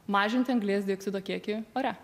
mažinti anglies dioksido kiekį ore